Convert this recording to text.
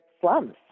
slums